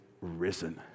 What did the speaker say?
risen